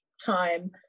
time